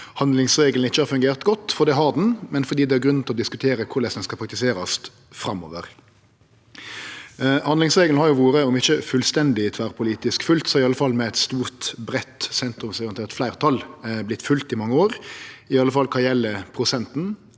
handlingsregelen ikkje har fungert godt, for det har han, men fordi det er grunn til å diskutere korleis han skal praktiserast framover. Handlingsregelen har vore følgd om ikkje fullstendig tverrpolitisk, så i alle fall med eit stort, breitt sentrumsorientert fleirtal i mange år, i alle fall kva gjeld prosenten.